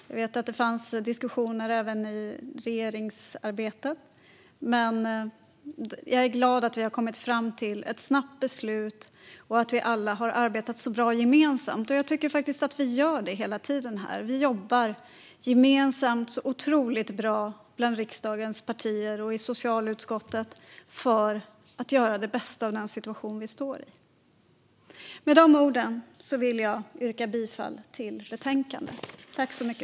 Jag vet att det fanns diskussioner även i regeringsarbetet, men jag är glad att vi har kommit fram till ett snabbt beslut och att vi alla har arbetat så bra gemensamt. Jag tycker faktiskt att vi gör det hela tiden här. Vi i riksdagens partier och i socialutskottet jobbar så otroligt bra, gemensamt, för att göra det bästa av den situation vi står i. Med de orden yrkar jag bifall till utskottets förslag i betänkandet.